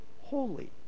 holy